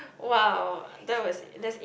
!wow! that was that's in